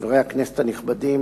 כנסת נכבדה,